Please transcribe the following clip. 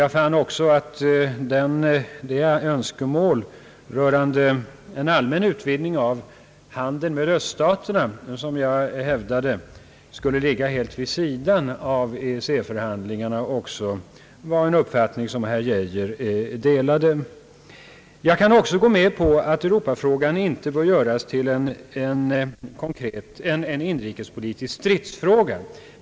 Jag fann också att de önskemål rörande en allmän utvidgning av handeln med öststaterna, vilken jag hävdade skulle ligga helt vid sidan av EEC-förhandlingarna, också var en uppfattning som herr Geijer delade. Jag kan också gå med på att Europafrågan inte bör göras till en inrikespolitisk stridsfråga.